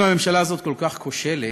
אם הממשלה הזאת כל כך כושלת,